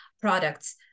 products